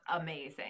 amazing